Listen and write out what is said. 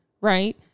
right